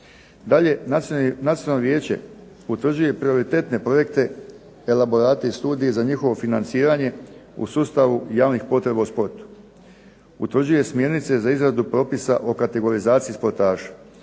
Dalje, Nacionalno vijeće utvrđuje i prioritetne projekte i elaborate i studije za njihovo financiranje u sustavu javnih potreba u sportu. Utvrđuje smjernice za izradu propisa o kategorizaciji sportaša.